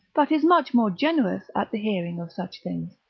but is much more generous at the hearing of such things,